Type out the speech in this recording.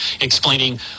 explaining